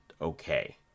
okay